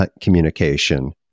communication